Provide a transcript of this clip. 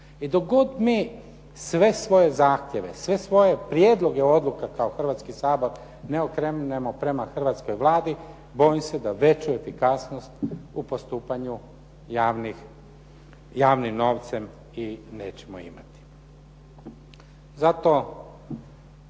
I dok god mi sve svoje zahtjeve, sve svoje prijedloge odluka kao Hrvatski sabor ne okrenemo prema hrvatskoj Vladi bojim se da veću efikasnost u postupanju javnim novcem i nećemo imati. Zato